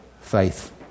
faith